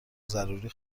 ضروری